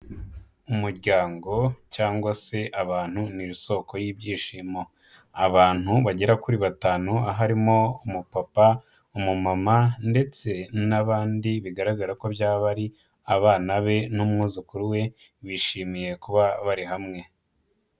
Umuryango cyangwa se abantu ni isoko y'ibyishimo. Abantu bagera kuri batanu, harimo umupapa, umumama ndetse n'abandi bigaragara ko byaba ari abana be n'umwuzukuru we, bishimiye kuba bari hamwe.